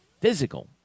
physical